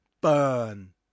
Burn